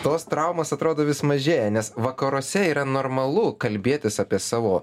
tos traumos atrodo vis mažėja nes vakaruose yra normalu kalbėtis apie savo